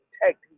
protect